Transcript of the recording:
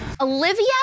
Olivia